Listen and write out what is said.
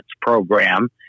program